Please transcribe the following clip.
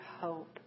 hope